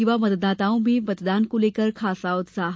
युवा मतदाताओं में मतदान को लेकर खासा उत्साह